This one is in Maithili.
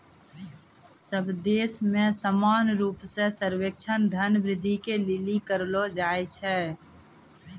सब देश मे समान रूप से सर्वेक्षण धन वृद्धि के लिली करलो जाय छै